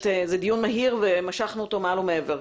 זה דיון מהיר ומשכנו אותו מעל ומעבר.